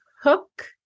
hook